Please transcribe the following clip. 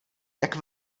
jak